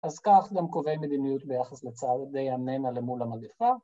‫אז כך גם קובעי מדיניות ‫ביחס לצעדי המנה למול המגפה.